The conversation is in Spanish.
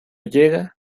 llega